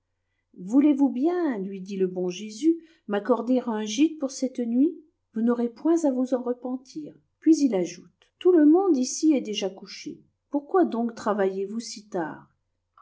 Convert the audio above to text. voulez-vous bien lui dit le bon jésus m'accorder un gite pour cette nuit vous n'aurez point à vous en repentir puis il ajoute tout le monde ici est déjà couché pourquoi donc travaillez vous si tard